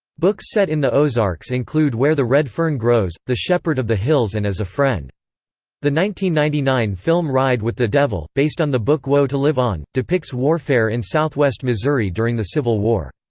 books set in the ozarks include where the red fern grows, the shepherd of the hills and as a friend ninety ninety nine film ride with the devil, based on the book woe to live on, depicts warfare in southwest missouri during the civil war.